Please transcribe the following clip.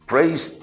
Praise